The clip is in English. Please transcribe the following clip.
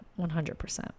100%